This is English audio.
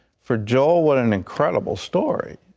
for joel, what an incredible story.